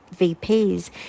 VPs